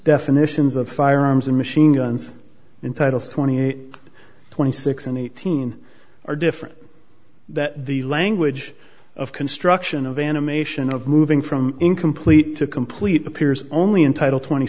definitions of firearms and machine guns in titles twenty eight twenty six and eighteen are different that the language of construction of animation of moving from incomplete to complete appears only in title twenty